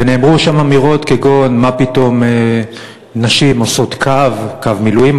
ונאמרו שם אמירות כגון: מה פתאום נשים עושות קו מילואים,